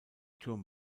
turm